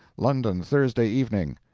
london, thursday evening.